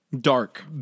dark